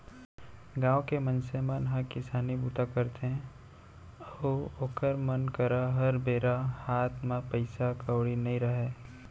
गाँव के मनसे मन ह किसानी बूता करथे अउ ओखर मन करा हर बेरा हात म पइसा कउड़ी नइ रहय